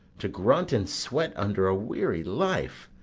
to grunt and sweat under a weary life,